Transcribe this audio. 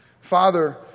Father